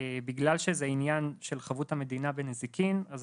בגלל שזה עניין של חבות המדינה בנזיקין אנחנו